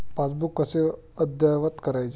Passbook कसे अद्ययावत करायचे?